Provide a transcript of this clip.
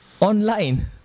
online